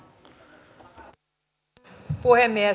arvoisa puhemies